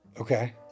Okay